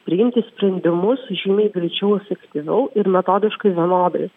priimti sprendimus žymiai greičiau efektyviau ir metodiškai vienodai